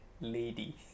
lady